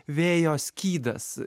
vėjo skydas